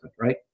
right